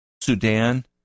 Sudan